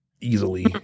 easily